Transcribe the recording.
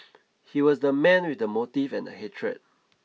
he was the man with the motive and the hatred